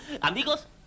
Amigos